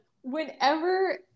Whenever